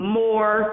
more